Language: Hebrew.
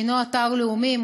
שהנו אתר לאומי,